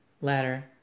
ladder